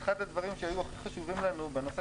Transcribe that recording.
אחד הדברים שהיו הכי חשובים לנו בנושא